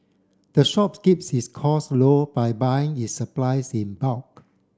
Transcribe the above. the shops keeps its cost low by buying its supplies in bulk